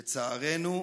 לצערנו,